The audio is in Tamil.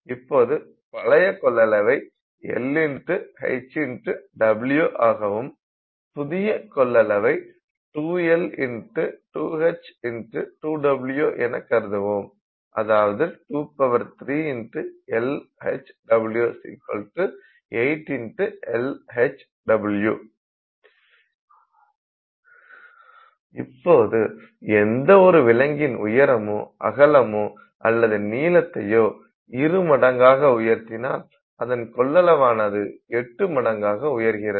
இப்போது பழைய கொள்ளளவை LHW ஆகவும் புதிய கொள்ளளவை 2L2H2W என கருதுவோம் அதாவது 23 LHW 8LHW இப்போது எந்த ஒரு விலங்கின் உயரமோ அகலமோ அல்லது நீளத்தையோ இருமடங்காக உயர்த்தினால் அதன் கொள்ளளவானது எட்டு மடங்காக உயர்கிறது